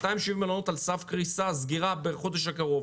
270 מלונות על סף קריסה וסגירה בחודש הקרוב.